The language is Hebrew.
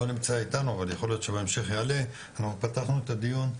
שאנחנו פתחנו את הדיון,